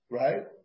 right